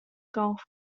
golf